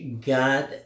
God